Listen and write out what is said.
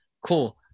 Cool